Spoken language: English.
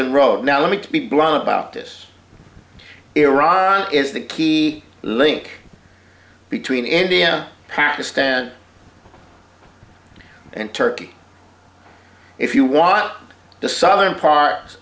n road now let me be blunt about this iran is the key link between india pakistan and turkey if you want the southern part